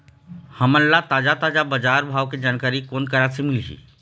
हमन ला ताजा ताजा बजार भाव के जानकारी कोन करा से मिलही?